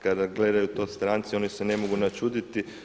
Kada gledaju to stranci oni se ne mogu načuditi.